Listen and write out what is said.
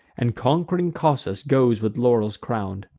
and conqu'ring cossus goes with laurels crown'd.